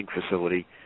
facility